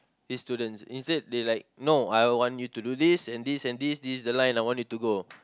this students instead they like no I want you to do these and these and these these the line I want you to go